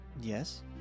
Yes